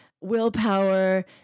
willpower